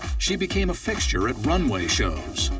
she became a fixture at runway shows.